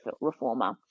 Reformer